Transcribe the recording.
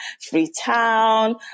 Freetown